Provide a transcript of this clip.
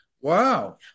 wow